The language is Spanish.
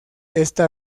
esta